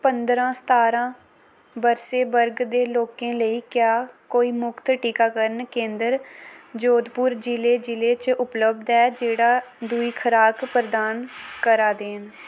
पंदरां सतारां बरसे वर्ग दे लोकें लेई क्या कोई मुख्त टीकाकरन केंदर जोधपुर जि'ले जि'ले च उपलब्ध ऐ जेह्ड़ा दुई खराक प्रदान करा दे न